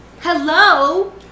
Hello